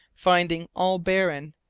finding all barren,